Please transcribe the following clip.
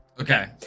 Okay